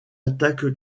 attaque